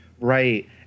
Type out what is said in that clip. Right